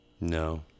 No